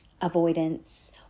avoidance